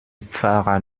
pfarrer